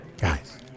guys